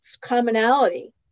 commonality